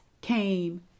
came